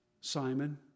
Simon